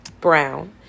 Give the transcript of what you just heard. Brown